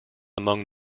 among